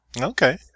Okay